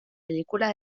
pel·lícula